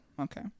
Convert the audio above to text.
okay